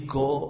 go